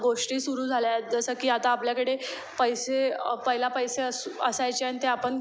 गोष्टी सुरू झाल्या आहेत जसं की आता आपल्याकडे पैसे पहिला पैसे असू असायचे आणि ते आपण